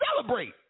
celebrate